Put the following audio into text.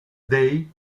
day